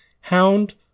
Hound